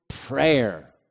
prayer